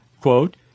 quote